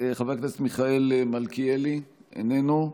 חבר הכנסת מיכאל מלכיאלי, איננו.